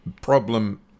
problem